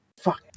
Fuck